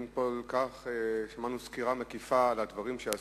ואם שמענו סקירה מקיפה כל כך על הדברים שעשית,